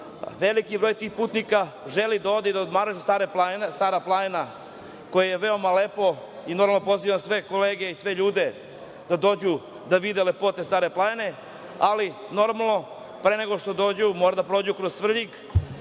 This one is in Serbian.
veliki broj tih putnika želi da ode i da odmara na Staroj planini, koja je veoma lepa. Normalno, pozivam sve kolege i sve ljude da dođu da vide lepote Stare planine. Ali, pre nego što dođu, moraju da prođu kroz Svrljig,